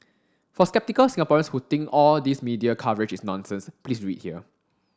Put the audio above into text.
for sceptical Singaporeans who think all these media coverage is nonsense please read here